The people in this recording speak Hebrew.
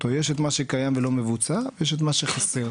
יש את מה שקיים ולא מבוצע ויש את מה שחסר,